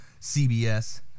CBS